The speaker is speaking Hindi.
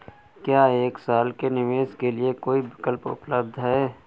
क्या एक साल के निवेश के लिए कोई विकल्प उपलब्ध है?